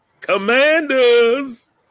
Commanders